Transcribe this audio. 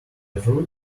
fruit